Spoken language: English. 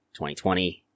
2020